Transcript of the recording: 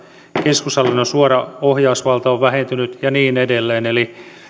keskushallinnon suora ohjausvalta on vähentynyt ja niin edelleen eli